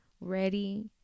ready